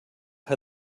had